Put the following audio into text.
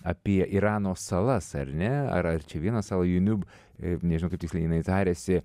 apie irano salas ar ne ar ar čia vieną salą junub nežinau kaip tiksliai jinai tariasi